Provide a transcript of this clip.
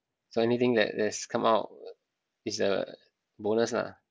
so anything that that's come out is a bonus lah